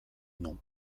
non